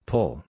Pull